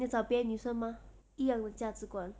你要找别的女生吗一样的价值观